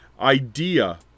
idea